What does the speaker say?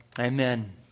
Amen